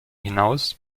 hinaus